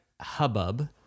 hubbub